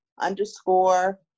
underscore